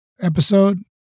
episode